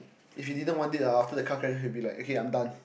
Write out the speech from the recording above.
if he didn't want it ah then after the car crash he be like okay I'm done